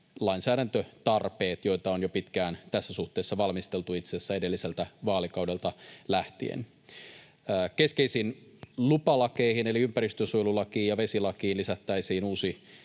lainsäädäntötarpeet, joita on jo pitkään tässä suhteessa valmisteltu, itse asiassa edelliseltä vaalikaudelta lähtien. Keskeisiin lupalakeihin eli ympäristönsuojelulakiin ja vesilakiin lisättäisiin uusi